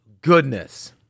goodness